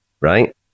right